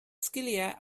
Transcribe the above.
sgiliau